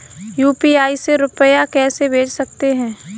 UPI से रुपया कैसे भेज सकते हैं?